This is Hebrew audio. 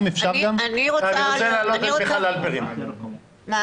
אני רוצה להעלות את מיכל הלפרין בזום,